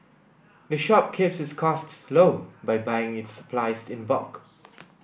the shop keeps its costs low by buying its supplies in bulk